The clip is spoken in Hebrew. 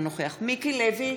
אינו נוכח מיקי לוי,